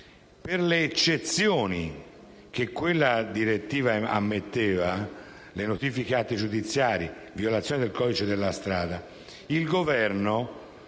per le eccezioni che quella direttiva ammetteva (le notifiche di atti giudiziari e le violazioni del codice della strada), il Governo,